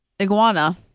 iguana